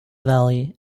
valley